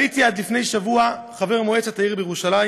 הייתי עד לפני שבוע חבר מועצת העיר בירושלים.